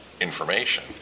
information